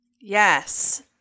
Yes